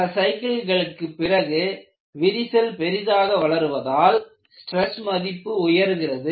பல சைக்கிள்களுக்கு பிறகு விரிசல் பெரிதாக வளர்வதால் ஸ்ட்ரெஸ் மதிப்பு உயர்கிறது